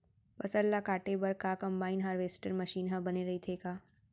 फसल ल काटे बर का कंबाइन हारवेस्टर मशीन ह बने रइथे का?